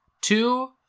Two